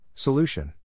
Solution